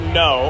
no